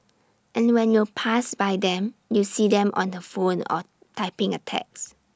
and when you pass by them you see them on the phone or typing A text